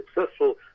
successful